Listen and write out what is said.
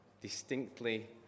distinctly